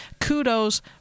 Kudos